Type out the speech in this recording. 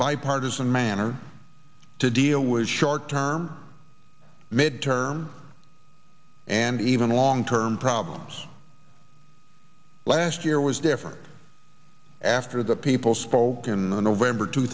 bipartisan manner to deal with short term mid term and even long term problems last year was different after the people spoke in the november two